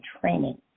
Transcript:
Training